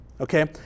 okay